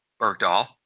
Bergdahl